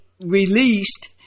released